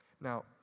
Now